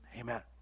Amen